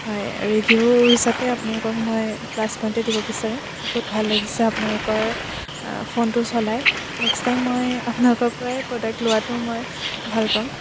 হয় ৰিভিউ হিচাপে আপোনালোকক মই প্লাচ পইন্টে দিব বিচাৰিম বহুত ভাল লাগিছে আপোনালোকৰ ফোনটো চলাই নেক্সট টাইম মই আপোনালোকৰ পৰাই প্ৰডাক্ট লোৱাটো মই ভাল পাম